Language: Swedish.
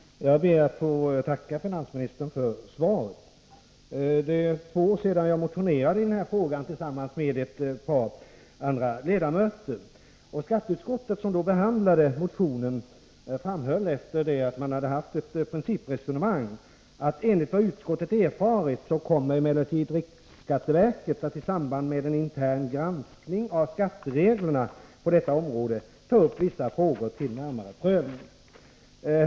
Herr talman! Jag ber att få tacka finansministern för svaret. För två år sedan motionerade jag i denna fråga tillsammans med ett par andra ledamöter. Skatteutskottet som behandlade motionen framhöll, efter ett principresonemang, att riksskatteverket, enligt vad utskottet erfarit, i samband med en intern granskning av skattereglerna för detta område skulle ta upp vissa frågor till närmare prövning.